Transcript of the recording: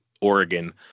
oregon